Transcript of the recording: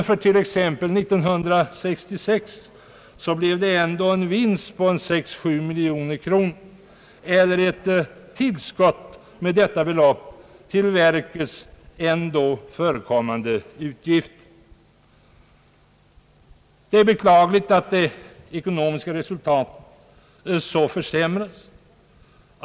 För t.ex. år 1966 blev det, har det framhållits, en vinst på 6—7 miljoner kronor — eller ett tillskott med detta belopp till verkets ändå förekommande utgifter. Det är beklagligt att det ekonomiska resultatet så försämrats.